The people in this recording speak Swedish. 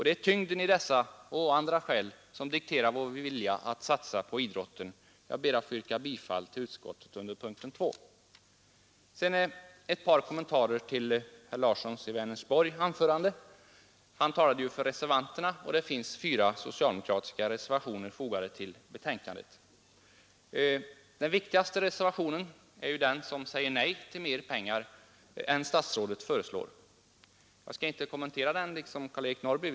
Det är tyngden i dessa och andra skäl som dikterar vår vilja att satsa på idrotten. Jag ber att få yrka bifall till utskottets hemställan under punkten 2. Sedan ett par kommentarer till herr Larssons i Vänersborg anförande. Han talade ju för reservanterna, och det finns fyra socialdemokratiska reservationer fogade till betänkandet. Den viktigaste reservationen är den som säger nej till mer pengar än statsrådet föreslår. Jag skall inte kommentera den liksom Karl-Eric Norrby.